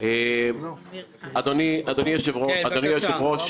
אדוני היושב-ראש,